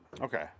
Okay